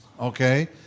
okay